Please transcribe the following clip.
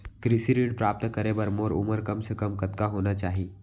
कृषि ऋण प्राप्त करे बर मोर उमर कम से कम कतका होना चाहि?